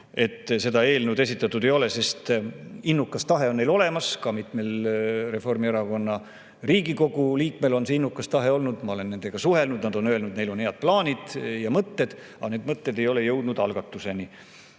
sest seda eelnõu esitatud ei ole. Innukas tahe on neil olemas, ka mitmel reformierakondlasest Riigikogu liikmel on innukas tahe olnud, ma olen nendega suhelnud, nad on öelnud, et neil on head plaanid ja mõtted. Aga need mõtted ei ole jõudnud algatuseni.